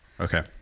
Okay